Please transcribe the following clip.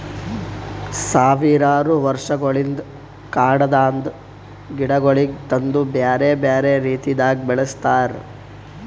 ಸಾವಿರಾರು ವರ್ಷಗೊಳಿಂದ್ ಕಾಡದಾಂದ್ ಗಿಡಗೊಳಿಗ್ ತಂದು ಬ್ಯಾರೆ ಬ್ಯಾರೆ ರೀತಿದಾಗ್ ಬೆಳಸ್ತಾರ್